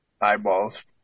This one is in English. eyeballs